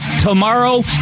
tomorrow